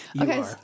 Okay